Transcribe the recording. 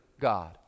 God